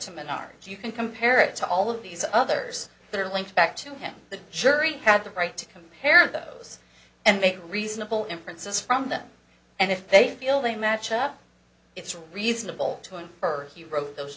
menards you can compare it to all of these others that are linked back to the jury had the right to compare those and make reasonable inferences from them and if they feel they match up it's reasonable to infer he wrote those